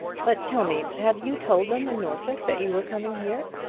but tell me have you told them in norfolk that you were coming here?